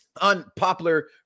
unpopular